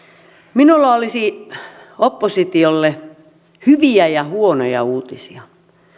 minulla olisi oppositiolle hyviä ja huonoja uutisia